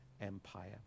Empire